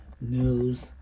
News